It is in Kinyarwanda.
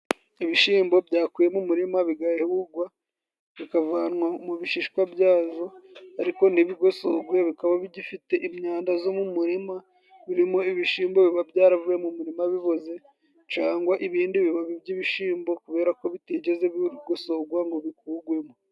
Ibishimbo byakuwe mu murima bigahugwa bikavanwa mu bishishwa byazo, ariko ntibigosogwe, bikaba bifite imyanda zo mu murima. Birimo ibishimbo biba byaravuye mu murima biboze cangwa ibindi bibabi by'ibishimbo kubera ko bitigeze bigosogwa ngo bikugwemo.